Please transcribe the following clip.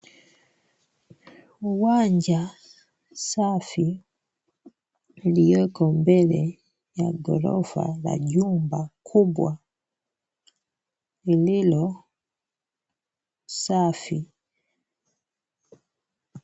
Uwanja safi ulioko mbele ya ghorofa la jumba kubwa lililo safi.